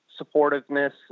supportiveness